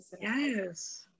Yes